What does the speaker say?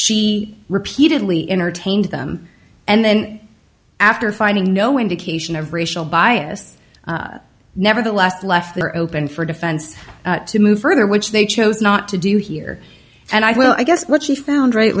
she repeatedly entertained them and then after finding no indication of racial bias nevertheless left her open for defense to move further which they chose not to do here and i will i guess what she found right